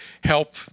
help